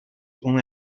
only